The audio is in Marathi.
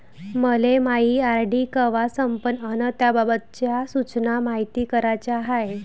मले मायी आर.डी कवा संपन अन त्याबाबतच्या सूचना मायती कराच्या हाय